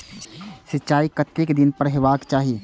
सिंचाई कतेक दिन पर हेबाक चाही?